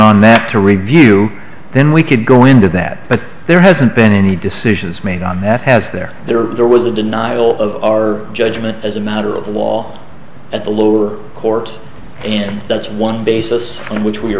meth to review then we could go into that but there hasn't been any decisions made on that has there there there was a denial of our judgment as a matter of the wall at the lower courts and that's one basis on which we